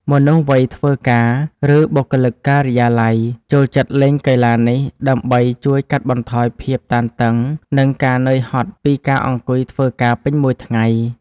មនុស្សវ័យធ្វើការ ឬបុគ្គលិកការិយាល័យ ចូលចិត្តលេងកីឡានេះដើម្បីជួយកាត់បន្ថយភាពតានតឹង និងការនឿយហត់ពីការអង្គុយធ្វើការពេញមួយថ្ងៃ។